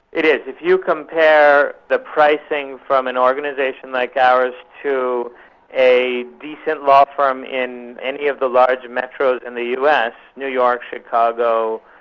it is. if you compare the pricing from an organisation like ours to a decent law firm in any of the large metros in the us, new york, chicago,